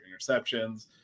interceptions